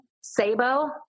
sabo